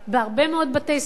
בהרבה מאוד בתי-ספר,